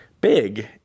big